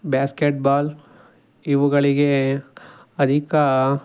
basket ball ಇವುಗಳಿಗೆ ಅಧಿಕ